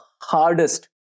hardest